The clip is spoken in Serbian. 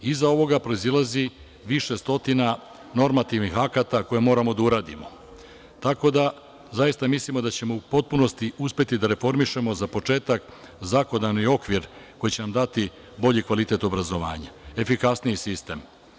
Iza ovoga proizilazi više stotina normativnih akata koje moramo da uradimo, tako da zaista mislimo da ćemo u potpunosti uspeti da reformišemo, za početak, zakonodavni okvir koji će nam dati bolji kvalitet obrazovanja, efikasniji sistem.